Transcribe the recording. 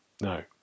no